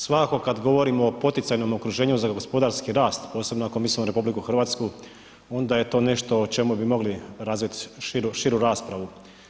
Svakako kada govorimo o poticajnom okruženju za gospodarski rast, posebno ako mislimo na RH onda je to nešto o čemu bi mogli razviti širu raspravu.